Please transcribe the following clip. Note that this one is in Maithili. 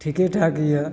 ठीके ठाक यऽ